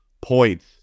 points